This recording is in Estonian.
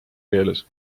keeles